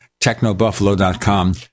Technobuffalo.com